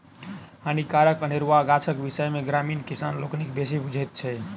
हानिकारक अनेरुआ गाछक विषय मे ग्रामीण किसान लोकनि बेसी बुझैत छथि